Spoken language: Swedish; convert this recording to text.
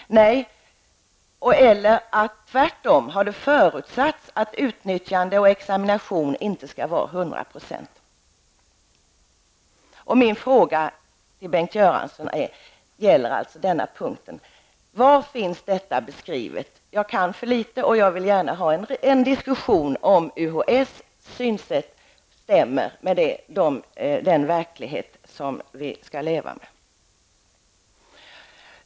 Tvärtom har det förutsatts att utnyttjande och examination inte skall vara 100 procentiga. Min fråga till Bengt Göransson gäller alltså den punkten: Var finns detta beskrivet? Jag kan för litet och vill gärna ha en diskussion om UHÄs synsätt stämmer med den verklighet som vi skall leva med.